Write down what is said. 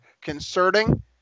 concerning